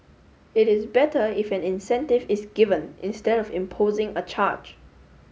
it is better if an incentive is given instead of imposing a charge